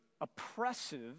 oppressive